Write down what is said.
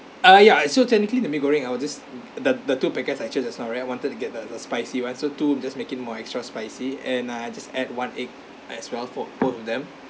uh ya so technically the mee goreng I'll just the the two packets I choose just now right I wanted to get the the spicy one so two of them just make it more extra spicy and ah just add one egg as well for both of them